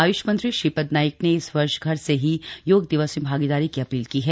आय्ष मंत्री श्रीपद यसो नाइक ने इस वर्ष घर से ही योग दिवस में भागीदारी की अपील की है